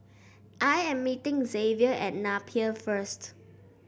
I am meeting Xavier at Napier first